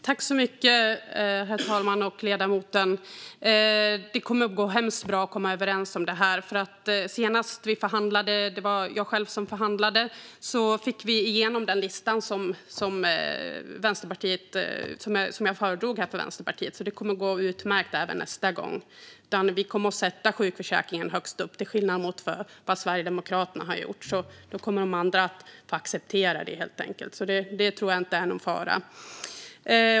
Herr talman! Det kommer att gå hemskt bra att komma överens om detta. Senast vi förhandlade - det var jag själv som förhandlade - fick vi i Vänsterpartiet igenom den lista som jag föredrog här. Det kommer att gå utmärkt nästa gång. Vi kommer att sätta sjukförsäkringen högst, till skillnad från vad Sverigedemokraterna har gjort. Då kommer de andra att få acceptera det, helt enkelt. Det tror jag inte är någon fara.